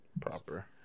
Proper